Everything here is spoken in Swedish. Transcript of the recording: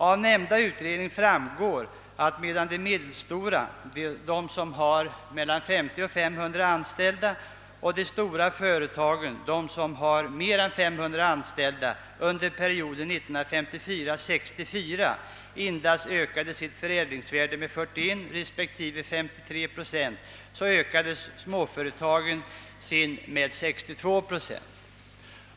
Av nämnda utredning framgår att medan de medelstora — med mellan 50 och 500 anställda — och de stora företagen — med mer än 500 anställda — under perioden 1954—1964 endast ökat sitt förädlingsvärde med 41 respektive 93 procent, ökade småföretagen sitt med 62 procent.